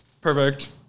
Perfect